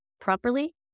properly